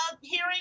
hearing